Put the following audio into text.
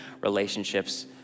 relationships